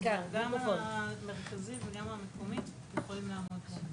גם המרכזי וגם המקומית, יכולים לעמוד בהם.